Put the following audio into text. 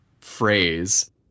phrase